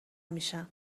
میشن